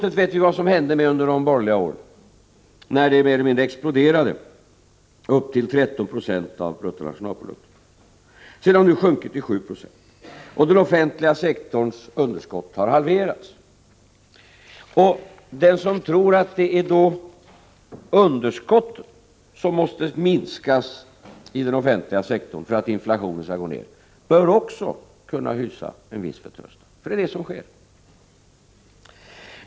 Vi vet vad som hände med budgetunderskottet under de borgerliga åren, då det mer eller mindre exploderade och nådde upp till nivån 13 76 av BNP. Sedan har det sjunkit till 7 96, och den offentliga sektorns underskott har halverats. Den som tror att det är underskotten i den offentliga sektorn som måste minskas för att inflationen skall gå ned bör alltså kunna hysa en viss förtröstan — för detta är vad som sker.